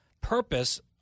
purpose